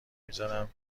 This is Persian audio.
میذارم